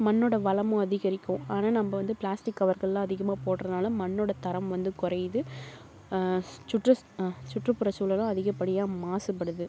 மண்ணோட வளமும் அதிகரிக்கும் ஆனால் நம்ம வந்து ப்ளாஸ்டிக் கவர்கள்லாம் அதிகமாக போடுறதுனால மண்ணோடய தரமும் வந்து குறையிது சுற்றுச் சுற்றுப்புற சூழலும் அதிகப்படியாக மாசுப்படுது